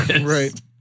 Right